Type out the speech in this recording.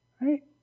right